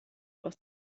was